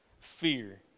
fear